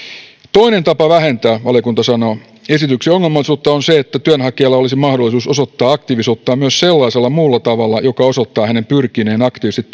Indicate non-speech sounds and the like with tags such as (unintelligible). toinen tapa vähentää valiokunta sanoo esityksen ongelmallisuutta on se että työnhakijalla olisi mahdollisuus osoittaa aktiivisuuttaan myös sellaisella muulla tavalla joka osoittaa hänen pyrkineen aktiivisesti (unintelligible)